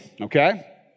okay